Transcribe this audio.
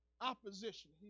opposition